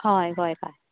हय गोंयकार